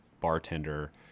bartender